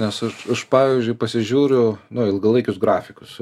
nes aš aš pavyzdžiui pasižiūriu nu ilgalaikius grafikus